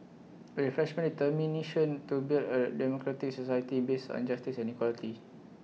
A refreshed determination to build A democratic society based on justice and equality